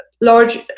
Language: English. large